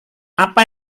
apa